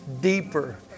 deeper